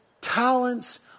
talents